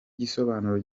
igisobanuro